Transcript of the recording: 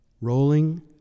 rolling